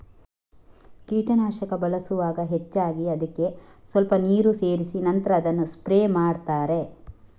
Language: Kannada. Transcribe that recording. ಕೀಟನಾಶಕ ಬಳಸುವಾಗ ಹೆಚ್ಚಾಗಿ ಅದ್ಕೆ ಸ್ವಲ್ಪ ನೀರು ಸೇರಿಸಿ ನಂತ್ರ ಅದನ್ನ ಸ್ಪ್ರೇ ಮಾಡ್ತಾರೆ